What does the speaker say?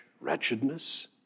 wretchedness